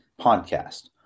Podcast